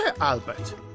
Albert